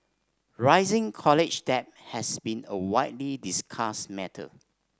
rising college debt has been a widely discussed matter